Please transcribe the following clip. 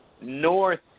North